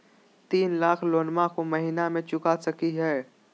तीन लाख लोनमा को महीना मे चुका सकी हय?